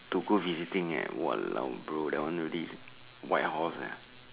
to go visiting eh !walao! bro that one really white horse eh